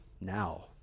now